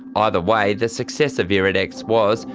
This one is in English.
either way, the success of iridex was,